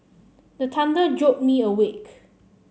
the thunder jolt me awake